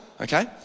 okay